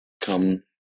Come